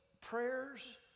prayers